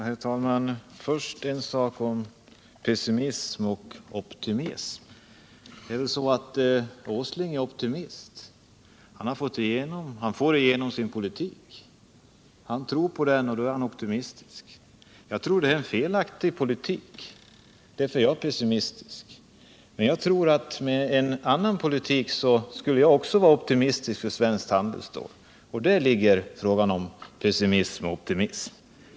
Herr talman! Först några ord om pessimism och optimism. Herr Åsling är optimist. Han får igenom sin politik. Han tror på den och då är han optimistisk. Jag tror att detta är en felaktig politik. Därför är jag pessimistisk. Med en annan politik skulle också jag vara optimistisk om svenskt handelsstål. Däri ligger frågan om optimism och pessimism.